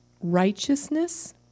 righteousness